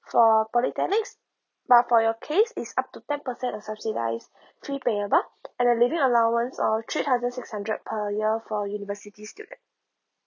for polytechnics but for your case is up to ten percent of subsidize fee payable and the living allowance of three thousand six hundred per year for university student